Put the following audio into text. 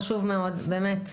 חשוב מאוד, באמת.